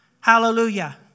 Hallelujah